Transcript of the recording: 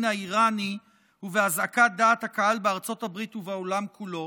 האיראני ובהזעקת דעת הקהל בארצות הברית ובעולם כולו",